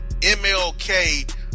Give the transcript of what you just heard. MLK